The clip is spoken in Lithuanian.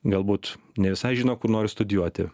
galbūt ne visai žino kur nori studijuoti